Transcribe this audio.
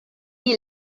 die